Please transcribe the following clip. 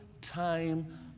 time